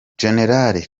gen